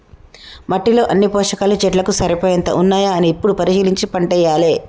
మట్టిలో అన్ని పోషకాలు చెట్లకు సరిపోయేంత ఉన్నాయా అని ఎప్పుడు పరిశీలించి పంటేయాలే